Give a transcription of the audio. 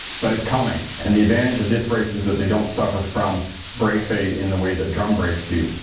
but it's coming. and the advantage of disc brakes is that they don't suffer from brake fade in the way that drum brakes do.